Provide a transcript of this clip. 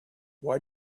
why